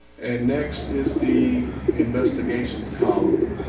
and next is the investigations column.